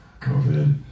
COVID